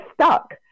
stuck